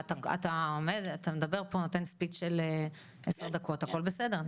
אתה אומר ואתה מדבר פה נותן נאום של עשר דקות והכל בסדר.